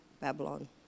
Babylon